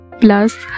plus